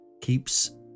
keeps